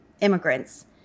immigrants